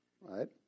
Right